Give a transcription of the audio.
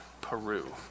Peru